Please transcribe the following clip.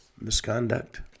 Misconduct